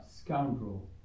scoundrel